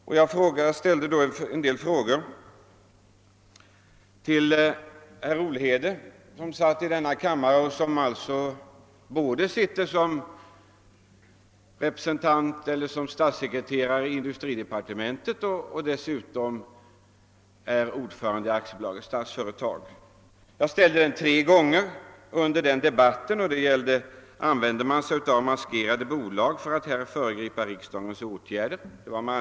Frågorna riktades tre gånger till herr Olhede som är både statssekreterare i industridepartementet och ordförande i Statsföretag AB. Använder man sig av maskerade bolag för att föregripa riksdagens åtgärder? löd en av frågorna.